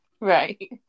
Right